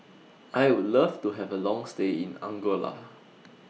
I Would Love to Have A Long stay in Angola